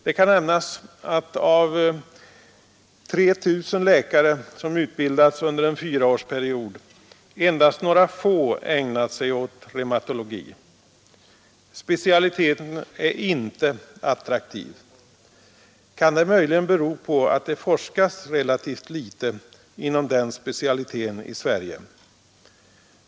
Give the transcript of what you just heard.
Det kan nämnas att av 3 000 läkare som utbildats under en fyraårsperiod endast några få ägnat sig åt reumatologi. Specialiteten är inte attraktiv. Kan det möjligen bero på att det forskas relativt litet inom den specialiteten i Sverige?